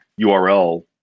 URL